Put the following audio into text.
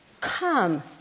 Come